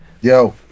Yo